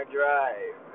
drive